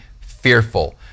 fearful